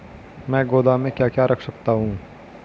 मैं गोदाम में क्या क्या रख सकता हूँ?